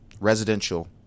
residential